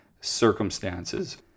circumstances